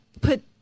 put